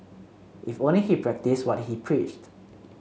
if only he practised what he preached